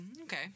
okay